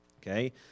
Okay